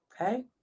okay